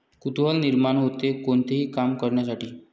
कुतूहल निर्माण होते, कोणतेही काम करण्यासाठी